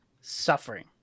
suffering